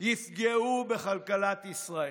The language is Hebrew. ייפגעו בכלכלת ישראל.